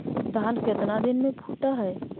धान केतना दिन में फुट है?